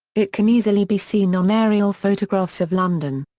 it can easily be seen on aerial photographs of london.